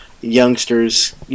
youngsters